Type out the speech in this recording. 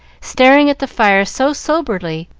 staring at the fire so soberly,